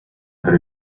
per